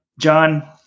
John